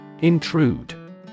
Intrude